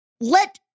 Let